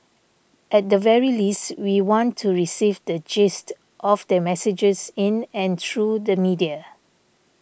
at the very least we want to receive the gist of their messages in and through the media